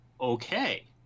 okay